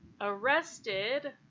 arrested